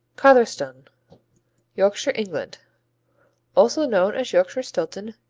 cotherstone yorkshire, england also known as yorkshire-stilton,